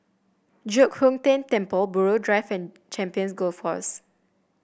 Giok Hong Tian Temple Buroh Drive and Champions Golf Course